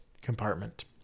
compartment